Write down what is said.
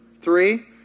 three